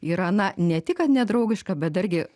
yra na ne tik kad nedraugiška bet dargi